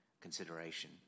consideration